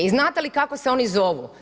I znate li kako se oni zovu?